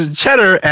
cheddar